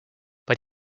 but